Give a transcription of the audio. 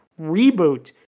reboot